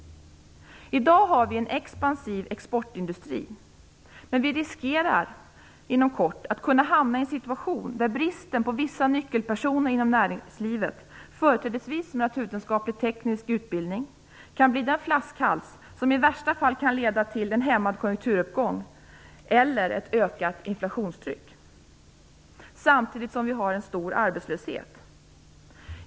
I dag har vi en expansiv exportindustri, men vi riskerar inom kort att hamna i en situation där bristen på vissa nyckelpersoner inom näringslivet, företrädesvis med naturvetenskaplig-teknisk utbildning, kan bli den flaskhals som i värsta fall leder till en hämmad konjunkturuppgång eller ett ökat inflationstryck, samtidigt som vi har en stor arbetslöshet.